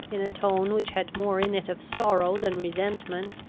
in a tone which had more in it of sorrow than resentment,